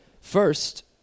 first